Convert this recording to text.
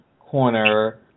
corner